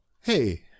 Hey